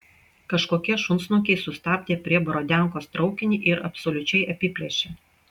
kažkokie šunsnukiai sustabdė prie borodiankos traukinį ir absoliučiai apiplėšė